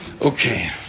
Okay